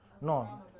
No